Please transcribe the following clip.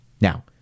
Now